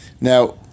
Now